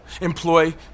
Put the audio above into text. Employ